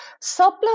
surplus